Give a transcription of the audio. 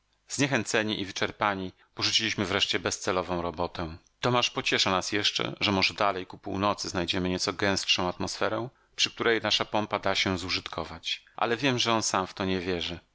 zniechęceni i wyczerpani porzuciliśmy wreszcie bezcelową robotę tomasz pociesza nas jeszcze że może dalej ku północy znajdziemy nieco gęstszą atmosferę przy której nasza pompa da się zużytkować ale wiem że on sam w to nie wierzy